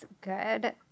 good